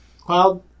Cloud